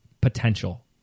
potential